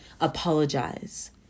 apologize